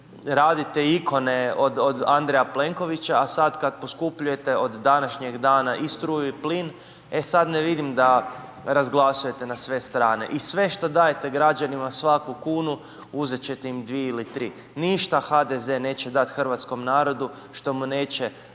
radite ikone od Andreja Plenkovića a sad kad poskupljujete od današnjeg dana i struju i plin e sad ne vidim da razglasujete na sve strane i sve što dajete građanima svaku kunu uzeti ćete im dvije ili tri. Ništa HDZ neće dati hrvatskom narodu što mu neće